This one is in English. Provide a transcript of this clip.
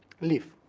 believe.